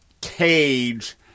cage